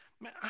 man